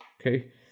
Okay